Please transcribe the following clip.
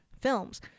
films